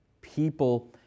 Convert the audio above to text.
people